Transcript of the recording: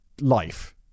life